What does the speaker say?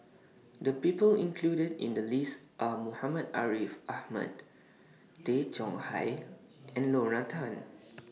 The People included in The list Are Muhammad Ariff Ahmad Tay Chong Hai and Lorna Tan